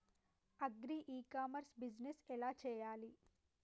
Agri e commerce business ఎలా చెయ్యాలి?